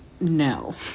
No